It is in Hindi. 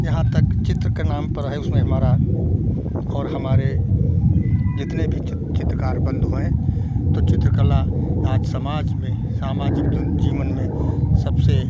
यहाँ तक चित्र का नाम पर है उसमें हमारा और हमारे जितने भी चित्र चित्रकार बंधु हैं तो चित्रकला आज समाज में सामाजिक जीवन में सबसे